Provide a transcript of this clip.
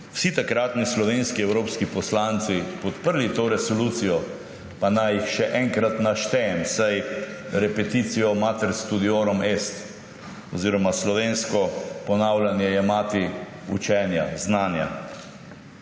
vsi takratni slovenski evropski poslanci podprli to resolucijo, pa naj jih še enkrat naštejem, saj repetitio mater studiorum est. Oziroma slovensko: ponavljanje je mati učenja, znanja.